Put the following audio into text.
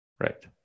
Right